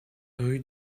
rue